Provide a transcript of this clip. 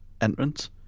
entrance